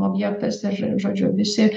objektas ir žo žodžiu visi